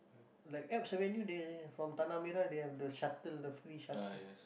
like Alps Avenue they they have from tanah-merah they have the shuttle the free shuttle